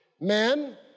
Men